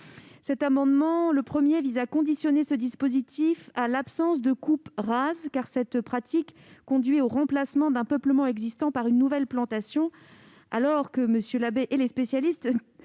L'amendement n° I-768 rectifié tend à conditionner ce dispositif à l'absence de coupes rases, car cette pratique conduit au remplacement d'un peuplement existant par une nouvelle plantation, alors que M. Labbé et les spécialistes